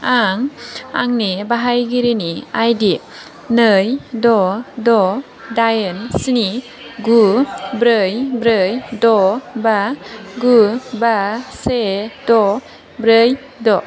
आं आंनि बाहायगिरिनि आइडि नै द' द' दाइन स्नि गु ब्रै ब्रै द' बा गु बा से द' ब्रै द'